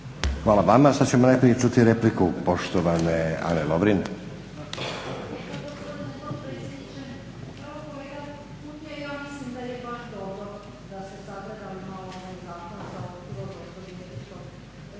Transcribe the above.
Hvala vama. Sad ćemo najprije čuti repliku poštovane Ane Lovrin.